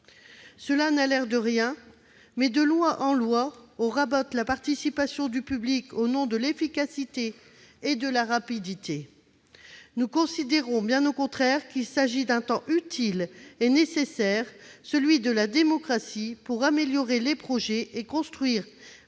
Cela n'a l'air de rien, mais, de loi en loi, on rabote la participation du public au nom de l'efficacité et de la rapidité. Nous considérons, bien au contraire, qu'il s'agit d'un temps utile et nécessaire, celui de la démocratie, pour améliorer les projets et construire